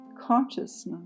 consciousness